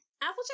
Applejack